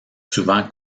souvent